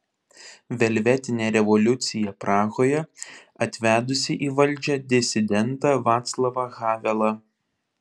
velvetinė revoliucija prahoje atvedusi į valdžią disidentą vaclavą havelą